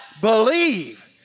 believe